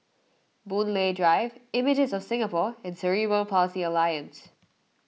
Boon Lay Drive Images of Singapore and Cerebral Palsy Alliance